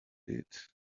did